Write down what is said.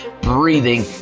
breathing